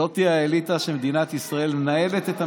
זאת האליטה של מדינת ישראל, מנהלת את המדינה,